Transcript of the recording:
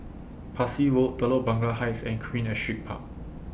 Parsi Road Telok Blangah Heights and Queen Astrid Park